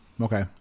okay